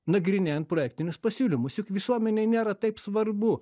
nagrinėjant projektinius pasiūlymus juk visuomenei nėra taip svarbu